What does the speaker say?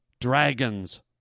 dragons